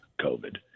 COVID